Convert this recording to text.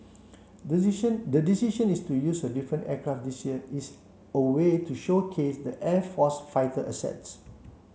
the the decision to use a different aircraft this year is a way to showcase the air force's fighter assets